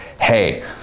Hey